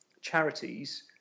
charities